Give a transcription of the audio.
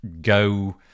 go